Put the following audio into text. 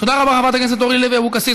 תודה רבה, חברת הכנסת אורלי לוי אבקסיס.